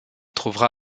trouvera